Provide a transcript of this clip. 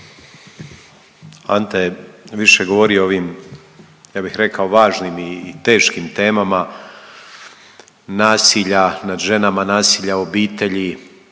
Ante je više govorio o ovim ja bih rekao važnim i teškim temama nasilja nad ženama, nasilja u obitelji.